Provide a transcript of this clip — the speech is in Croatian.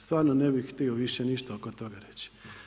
Stvarno ne bih htio više ništa oko toga reći.